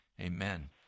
Amen